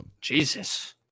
Jesus